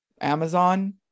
Amazon